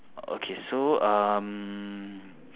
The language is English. okay so um